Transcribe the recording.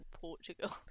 Portugal